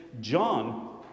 John